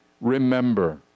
remember